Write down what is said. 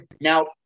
Now